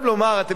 יש העניין הזה,